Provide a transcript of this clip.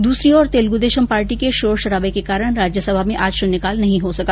दूसरी ओर तेलुगुदेशम पार्टी के शोर शराबे के कारण राज्यसभा में आज शुन्य काल नहीं हो सका